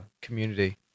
community